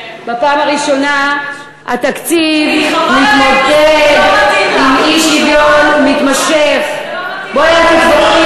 בפעם הראשונה התקציב מתמודד, חבל על, לא מתאים לך.